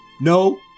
No